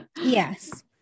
yes